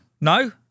No